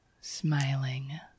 smiling